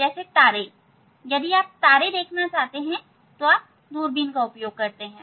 जैसे तारे यदि आप उन्हें देखना चाहते हैं तो आप दूरबीन का उपयोग करते हैं